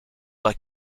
like